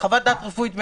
וחוות דעת רפואית מלאה,